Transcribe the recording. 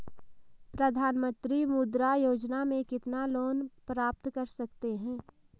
प्रधानमंत्री मुद्रा योजना में कितना लोंन प्राप्त कर सकते हैं?